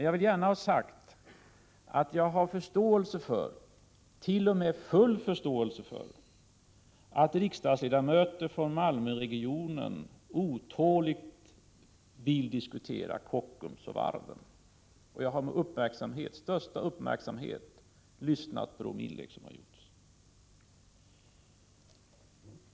Jag har emellertid förståelse —t.o.m. full förståelse — för att riksdagsledamöter från Malmöregionen otåligt vill diskutera Kockums och varven, och jag har med största uppmärksamhet lyssnat på inläggen här.